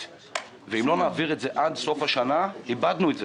ואם לא נעביר עד סוף השנה נאבד את זה.